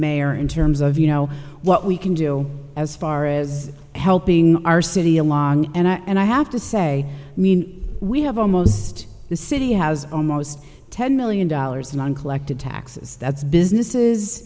mayor in terms of you know what we can do as far as helping our city along and i have to say i mean we have almost the city has almost ten million dollars on collective taxes that's businesses